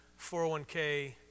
401k